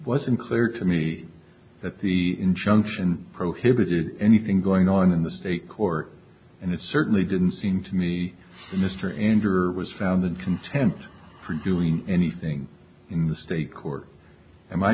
unclear to me that the injunction prohibited anything going on in the state court and it certainly didn't seem to me mr indore was found in contempt for doing anything in the state court a